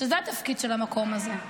שזה התפקיד של המקום הזה.